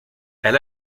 elle